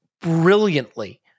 brilliantly